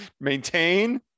maintain